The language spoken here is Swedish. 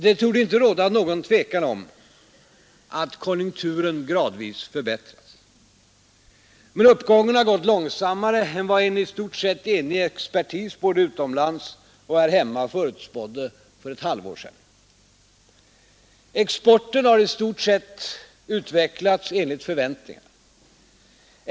Det torde inte råda något tvivel om att konjunkturen gradvis förbättrats. Men uppgången har gått långsammare än vad en i stort sett enig expertis både utomlands och här hemma förutspådde för ett halvår sedan. Exporten har i stort sett utvecklats enligt förväntningarna.